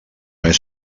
més